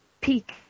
peak